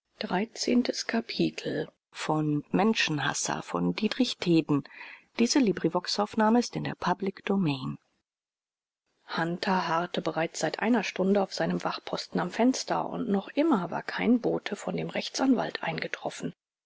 hunter harrte bereits seit einer stunde auf seinem wachposten am fenster und noch immer war kein bote von dem rechtsanwalt eingetroffen